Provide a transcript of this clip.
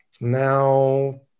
Now